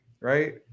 right